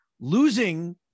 losing